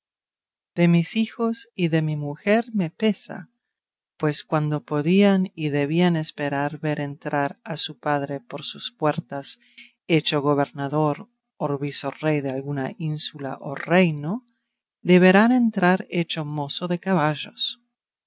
de mis hijos y de mi mujer me pesa pues cuando podían y debían esperar ver entrar a su padre por sus puertas hecho gobernador o visorrey de alguna ínsula o reino le verán entrar hecho mozo de caballos